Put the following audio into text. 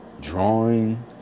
drawing